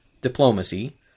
diplomacy